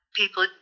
people